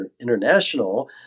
International